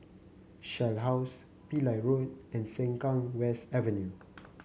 Shell House Pillai Road and Sengkang West Avenue